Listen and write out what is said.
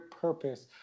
purpose